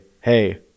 Hey